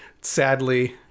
Sadly